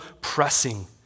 pressing